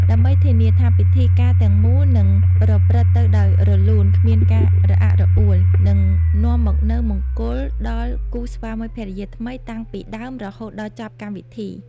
ដើម្បីធានាថាពិធីការទាំងមូលនឹងប្រព្រឹត្តទៅដោយរលូន គ្មានការរអាក់រអួល និងនាំមកនូវមង្គលដល់គូស្វាមីភរិយាថ្មីតាំងពីដើមរហូតដល់ចប់កម្មវិធី។